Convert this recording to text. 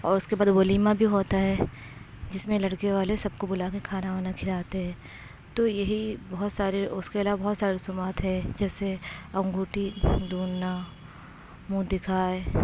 اور اس کے بعد ولیمہ بھی ہوتا ہے جس میں لڑکے والے سب کو بلا کے کھانا وانا کھلاتے ہے تو یہی بہت سارے اس کے علاوہ بہت سے رسومات ہے جیسے انگوٹھی ڈھونڈنا منہ دکھائی